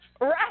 Right